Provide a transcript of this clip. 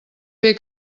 fer